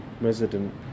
resident